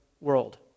world